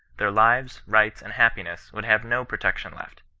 their lives, rights, and happiness would have no protection left.